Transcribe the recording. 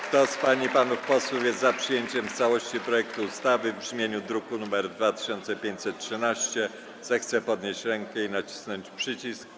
Kto z pań i panów posłów jest za przyjęciem w całości projektu ustawy w brzmieniu z druku nr 2513, zechce podnieść rękę i nacisnąć przycisk.